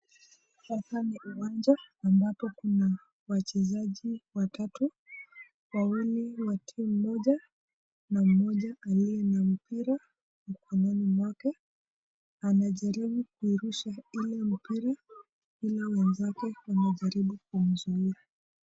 Hapa ni uwanja ambapo kuna wachezaji watatu, wawili wa timu moja na mmoja aliye na mpira mkononi mwake anajaribu kuirusha ile mpira ila wenzake wanajaribu kumzuia.